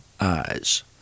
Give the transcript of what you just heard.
eyes